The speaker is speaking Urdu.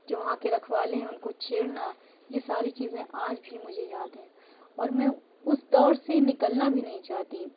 جو وہاں کے رکھوالے ہیں اُن کو چھیڑنا یہ ساری چیزیں آج بھی مجھے یاد ہیں اور میں اُس دور سے نکلنا بھی نہیں چاہتی